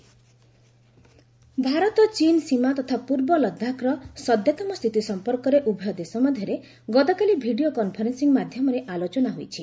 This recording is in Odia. ଇଣ୍ଡିଆ ଚୀନ୍ ଡିସ୍କସନ୍ ଭାରତ ଚୀନ୍ ସୀମା ତଥା ପୂର୍ବ ଲଦାଖ୍ର ସତ୍ୟତମ ସ୍ଥିତି ସମ୍ପର୍କରେ ଉଭୟ ଦେଶ ମଧ୍ୟରେ ଗତକାଲି ଭିଡ଼ିଓ କନ୍ଫରେନ୍ସିଂ ମାଧ୍ୟମରେ ଆଲୋଚନା ହୋଇଛି